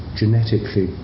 genetically